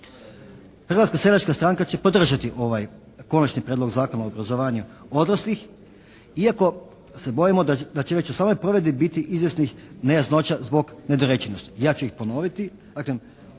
Hrvatska seljačka stranka će podržati ovaj Konačni prijedlog Zakona o obrazovanju odraslih iako se bojimo da će već u samoj provedbi biti izvjesnih nejasnoća zbog nedorečenosti. Ja ću ih ponoviti.